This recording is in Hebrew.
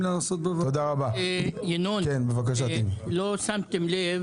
ינון, לא שמתם לב